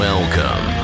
Welcome